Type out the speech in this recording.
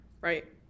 right